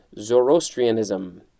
Zoroastrianism